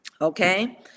okay